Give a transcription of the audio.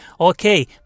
Okay